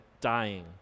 dying